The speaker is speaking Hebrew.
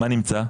מה נמצא?